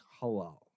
halal